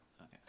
Okay